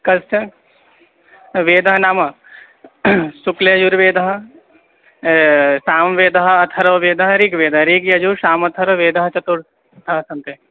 कस्य वेदः नाम शुक्लयजुर्वेदः सामवेदः अथर्ववेदः ऋग्वेदः ऋक् यजुः सामथर्ववेदः चतुर् थः सन्ति